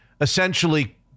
essentially